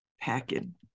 packing